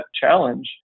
challenge